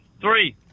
Three